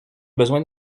besoin